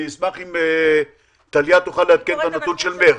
ואני אשמח אם טליה תוכל לעדכן את הנתון של מרס.